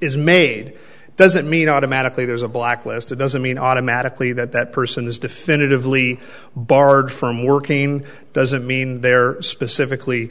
is made doesn't mean automatically there's a blacklist it doesn't mean automatically that that person is definitively barred from working doesn't mean they're specifically